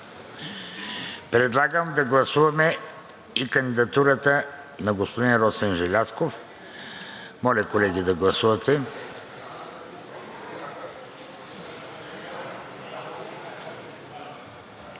Предлагам да гласуваме и кандидатурата на господин Росен Желязков. Моля, колеги, да гласуваме.